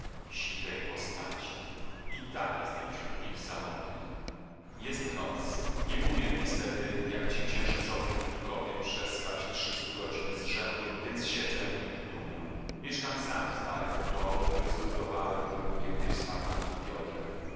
siwej postaci i tak jestem wśród nich samotny jest noc nie umiem niestety jak ci księżycowi ludkowie przespać trzystu godzin z rzędu więc siedzę i dumam mieszkam sam w starym domu który zbudowałem był niegdyś z martą i piotrem